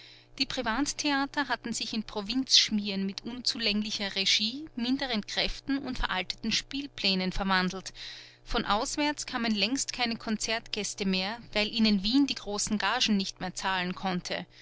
die privattheater hatten sich in provinzschmieren mit unzulänglicher regie minderen kräften und veralteten spielplänen verwandelt von auswärts kamen längst keine konzertgäste mehr weil ihnen wien die großen gagen nicht zahlen konnte